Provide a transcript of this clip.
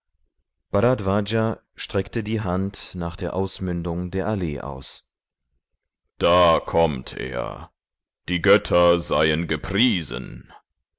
bharadvaja streckte die hand nach der ausmündung der allee aus da kommt er die götter seien gepriesen